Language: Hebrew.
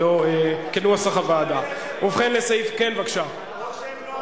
לא ראש ממשלה וסטנלי פישר צריכים ב-18:00 להגיד לכם דבר